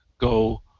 go